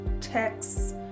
texts